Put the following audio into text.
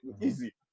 easy